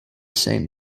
saint